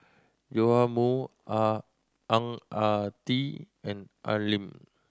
Joash Moo Ah Ang Ah Tee and Al Lim